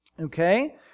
okay